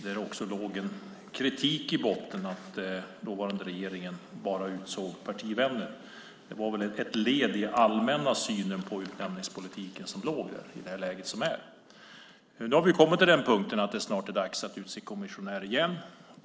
Det låg en kritik i botten mot att dåvarande regeringen bara utsåg partivänner. Det var väl ett led i den allmänna synen på utnämningspolitiken i det läget. Nu har vi kommit till den punkten att det snart är dags att utse kommissionär igen.